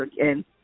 again